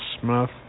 Smith